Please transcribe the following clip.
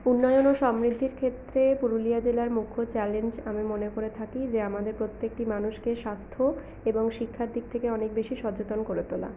উন্নয়ন ও সমৃদ্ধির ক্ষেত্রে পুরুলিয়া জেলার মুখ্য চ্যালেঞ্জ আমি মনে করে থাকি যে আমাদের প্রত্যেকটি মানুষকে স্বাস্থ্য এবং শিক্ষার দিক থেকে অনেক বেশি সচেতন করে তোলা